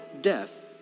death